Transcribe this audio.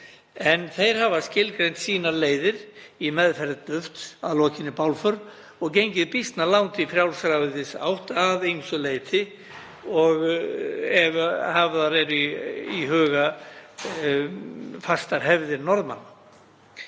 en þeir hafa skilgreint sínar leiðir í meðferð dufts að lokinni bálför og gengið býsna langt í frjálsræðisátt að ýmsu leyti, ef hafðar eru í huga fastar hefðir þeirra.